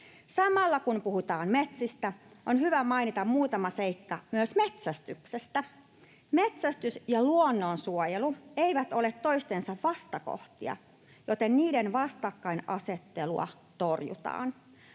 Samalla kun puhutaan metsistä, on hyvä mainita muutama seikka myös metsästyksestä. Metsästys ja luonnonsuojelu eivät ole toistensa vastakohtia, joten niiden vastakkainasettelua torjutaan.